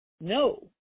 no